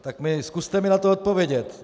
Tak zkuste mi na to odpovědět!